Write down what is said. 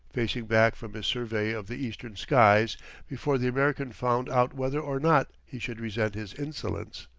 facing back from his survey of the eastern skies before the american found out whether or not he should resent his insolence.